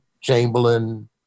Chamberlain